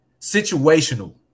situational